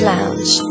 Lounge